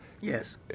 Yes